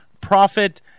profit